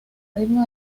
ritmo